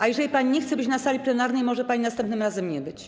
A jeżeli pani nie chce być na sali plenarnej, może pani następnym razem nie być.